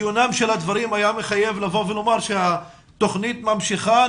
הגיונם של הדברים היה מחייב לבוא ולומר שהתוכנית ממשיכה,